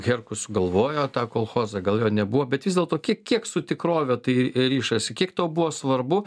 herkus sugalvojo tą kolchozą gal jo nebuvo bet vis dėlto kiek kiek su tikrove tai rišasi kiek tau buvo svarbu